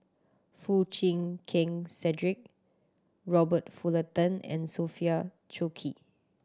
Foo Chee Keng Cedric Robert Fullerton and Sophia Cooke